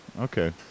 Okay